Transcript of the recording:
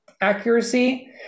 accuracy